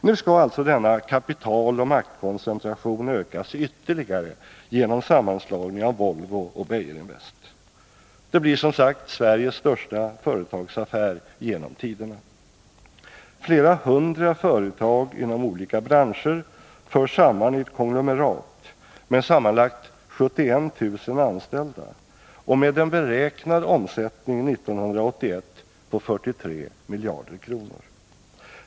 Nu skall alltså denna kapitaloch maktkoncentration ökas ytterligare genom sammanslagningen av Volvo och Beijerinvest. Det blir som sagt Sveriges största företagsaffär genom tiderna. Flera hundra företag inom olika branscher förs samman i ett konglomerat med sammanlagt 71 000 anställda och med en beräknad omsättning 1981 på 43 miljarder kronor.